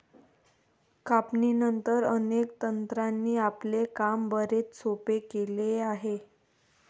कापणीनंतर, अनेक तंत्रांनी आपले काम बरेच सोपे केले आहे